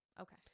Okay